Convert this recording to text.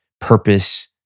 purpose